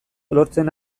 lortzen